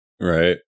right